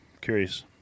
curious